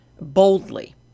boldly